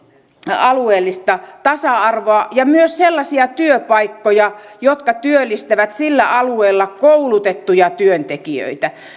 alueellista tasa arvoa ja myös sellaisia työpaikkoja jotka työllistävät sillä alueella koulutettuja työntekijöitä